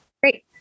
Great